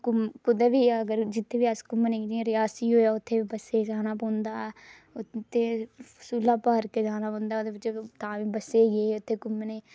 कुद्धर बी अगर जुत्थै बी अस घुम्मने गी रियासी होएआ उत्थै बी बस्सै च जाना पौंदा उत्थै सुला पार्के जाना पौंदा ओह्दे बिच तां बी बस्सै च गे हे उत्थे घुम्मने गी